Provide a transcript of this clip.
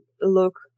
look